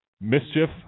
mischief